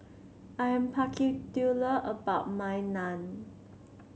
I am particular about my Naan